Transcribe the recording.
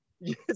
Yes